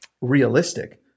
realistic